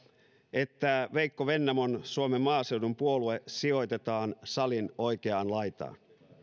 että veikko vennamon suomen maaseudun puolue sijoitetaan salin oikeaan laitaan